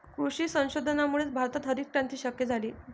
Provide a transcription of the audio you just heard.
कृषी संशोधनामुळेच भारतात हरितक्रांती शक्य झाली